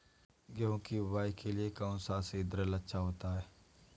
गेहूँ की बुवाई के लिए कौन सा सीद्रिल अच्छा होता है?